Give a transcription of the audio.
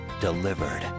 delivered